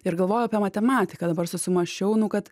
ir galvoju apie matematiką dabar susimąsčiau nu kad